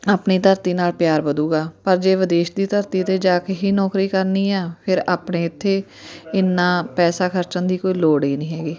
ਆਪਣੀ ਧਰਤੀ ਨਾਲ ਪਿਆਰ ਵਧੂਗਾ ਪਰ ਜੇ ਵਿਦੇਸ਼ ਦੀ ਧਰਤੀ 'ਤੇ ਜਾ ਕੇ ਹੀ ਨੌਕਰੀ ਕਰਨੀ ਹਾਂ ਫਿਰ ਆਪਣੇ ਇੱਥੇ ਇੰਨਾ ਪੈਸਾ ਖਰਚਣ ਦੀ ਕੋਈ ਲੋੜ ਹੀ ਨਹੀਂ ਹੈਗੀ